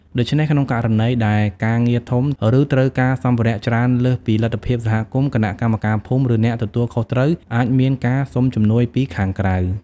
ដូច្នេះ ក្នុងករណីដែលការងារធំ ឬត្រូវការសម្ភារៈច្រើនលើសពីលទ្ធភាពសហគមន៍ គណៈកម្មការភូមិ ឬអ្នកទទួលខុសត្រូវ អាចមានការសុំជំនួយពីខាងក្រៅ។